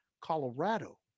Colorado